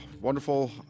Wonderful